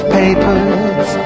papers